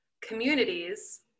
communities